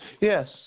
Yes